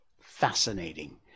fascinating